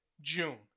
June